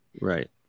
Right